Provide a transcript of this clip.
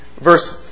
Verse